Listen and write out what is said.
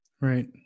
Right